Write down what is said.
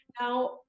Now